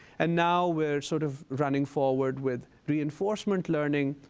and now we're sort of running forward with reinforcement learning,